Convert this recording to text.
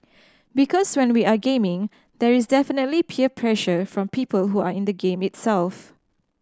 because when we are gaming there is definitely peer pressure from people who are in the game itself